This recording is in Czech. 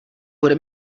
bude